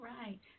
right